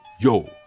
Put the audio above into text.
yo